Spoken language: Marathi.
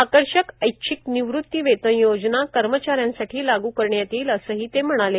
आकर्षक ऐच्छिक निवृती वेतन योजना कर्मचाऱ्यांसाठी लाग् करण्यात येईल असंही ते म्हणाले